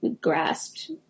grasped